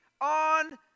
on